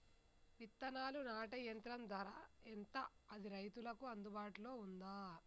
విత్తనాలు నాటే యంత్రం ధర ఎంత అది రైతులకు అందుబాటులో ఉందా?